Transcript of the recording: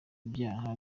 ibyaha